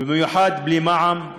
ובמיוחד בלי מע"מ.